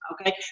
okay